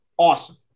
Awesome